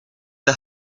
the